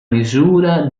misura